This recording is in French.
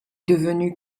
devenue